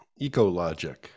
Ecologic